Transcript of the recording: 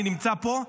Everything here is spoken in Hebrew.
אני נמצא פה.